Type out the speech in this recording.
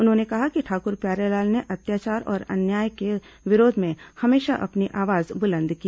उन्होंने कहा कि ठाकुर प्यारेलाल ने अत्याचार और अन्याय के विरोध में हमेशा अपनी आवाज बुलंद की